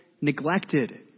neglected